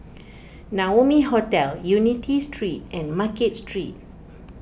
Naumi Hotel Unity Street and Market Street